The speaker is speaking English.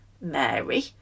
Mary